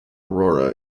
aurora